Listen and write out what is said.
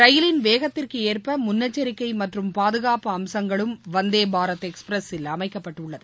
ரயிலின் வேகத்திற்கு ஏற்ப முன்னெச்சரிக்கை மற்றும் பாதுகாப்பு அம்சங்களும் வந்தே பாரத் எக்ஸ்பிரஸில் அமைக்கப்பட்டுள்ளது